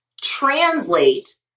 translate